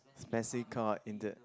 in the